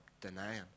denying